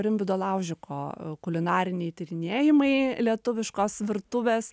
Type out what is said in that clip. rimvydo laužiko kulinariniai tyrinėjimai lietuviškos virtuvės